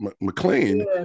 McLean